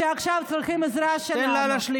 שעכשיו צריכים עזרה שלנו.